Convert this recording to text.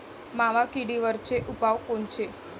मावा किडीवरचे उपाव कोनचे?